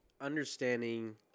understanding